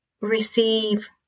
receive